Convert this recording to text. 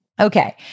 Okay